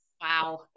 Wow